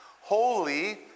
holy